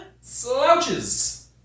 Slouches